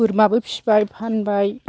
बोरमाबो फिबाय फानबाय